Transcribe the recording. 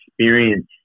experience